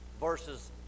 versus